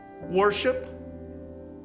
worship